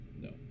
No